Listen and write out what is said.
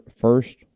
first